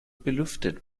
belüftet